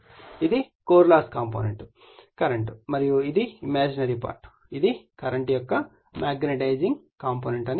ఇది core loss component current మరియు ఇది ఇమాజినరీ పార్ట్ ఇది కరెంట్ యొక్క మాగ్నెటైజింగ్ భాగం అని అంటారు